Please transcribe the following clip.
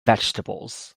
vegetables